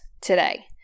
today